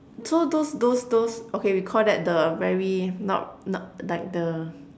so those those those okay we Call that the very not not like the